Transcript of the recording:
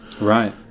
Right